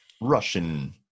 Russian